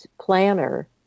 planner